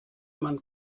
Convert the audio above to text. man